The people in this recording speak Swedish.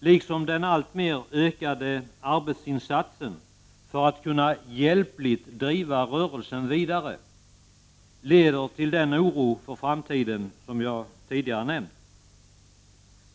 liksom den alltmer ökade arbetsinsatsen för att hjälpligt kunna driva rörelsen vidare, leder till den oro för framtiden som jag här nämnt.